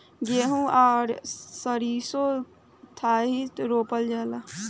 गेंहू आ सरीसों साथेही रोपल जाला